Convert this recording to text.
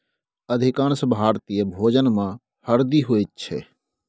अधिकांश भारतीय भोजनमे हरदि होइत छै